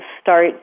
start